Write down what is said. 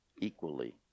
Equally